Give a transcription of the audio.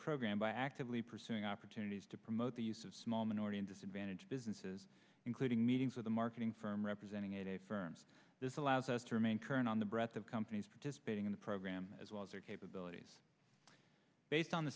program by actively pursuing opportunities to promote the use of small minority and disadvantaged businesses including meetings with a marketing firm representing a firm's this allows us to remain current on the breadth of companies participating in the program as well as their capabilities based on